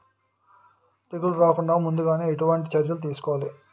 తెగుళ్ల రాకుండ ముందుగానే ఎటువంటి చర్యలు తీసుకోవాలి?